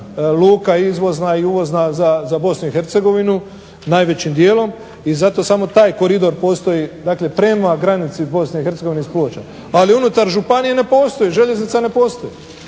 luka izvozna i uvozna za BiH, najvećim dijelom i zato samo taj koridor postoji dakle prema granici BiH, ali unutar županije ne postoji, željeznica ne postoji.